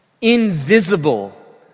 invisible